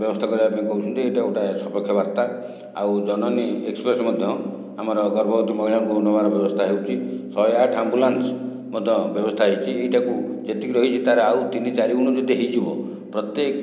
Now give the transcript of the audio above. ବ୍ୟବସ୍ଥା କରିବାପାଇଁ କହୁଛନ୍ତି ଏହିଟା ଗୋଟିଏ ସପକ୍ଷ ବାର୍ତ୍ତା ଆଉ ଜନନୀ ଏକ୍ସପ୍ରେସ ମଧ୍ୟ ଆମର ଗର୍ଭବତୀ ମହିଳାଙ୍କୁ ନେବାର ବ୍ୟବସ୍ଥା ହେଉଛି ଶହେ ଆଠ ଆମ୍ବୁଲାନ୍ସ ମଧ୍ୟ ବ୍ୟବସ୍ଥା ହୋଇଛି ଏହିଟାକୁ ଯେତିକି ରହିଛି ତା'ର ଆଉ ତିନି ଚାରି ଗୁଣ ଯଦି ହୋଇଯିବ ପ୍ରତ୍ୟେକ